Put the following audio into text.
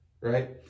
right